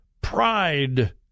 Pride